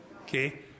Okay